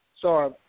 Sorry